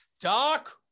doc